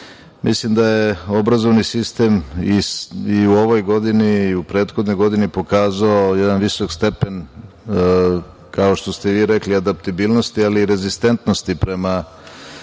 Mislim da je obrazovni sistem i u ovoj godini i u prethodnoj godini pokazao jedan visok stepen, kao što ste i vi rekli adaptabilnosti ali i rezistentnosti prema